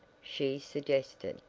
she suggested,